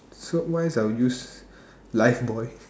soap wise I will use Lifebuoy